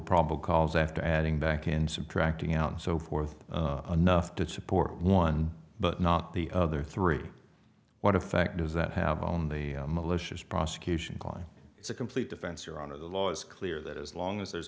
probable cause after adding back and subtracting out and so forth enough to support one but not the other three what effect does that have on the malicious prosecution calling it's a complete defense your honor the law is clear that as long as there